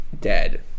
dead